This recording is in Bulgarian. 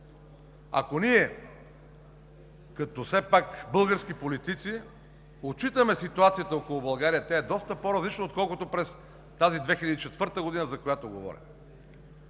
Ако ние, като все пак български политици, отчитаме ситуацията около България, тя е доста по-различна отколкото през тази 2004 г., за която говоря